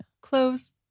close